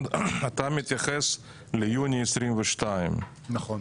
אתה מתייחס ליוני 22'. נכון.